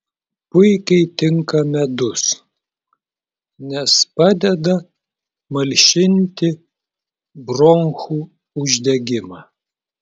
puikiai tinka medus nes padeda malšinti bronchų uždegimą